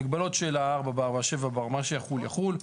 מגבלות של 4 בר, 7 בר, מה שיחול יחול.